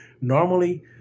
Normally